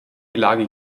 lage